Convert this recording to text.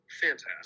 Fantastic